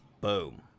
boom